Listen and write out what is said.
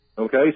Okay